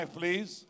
please